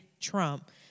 Trump